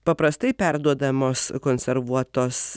paprastai perduodamos konservuotos